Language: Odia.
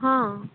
ହଁ